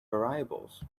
variables